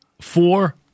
four